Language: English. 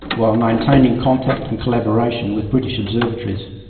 while maintaining contact and collaboration with british observatories.